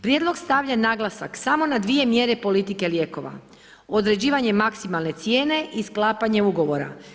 Prijedlog stavlja naglasak samo na dvije mjere politike lijekova, određivanje maksimalne cijene i sklapanje ugovora.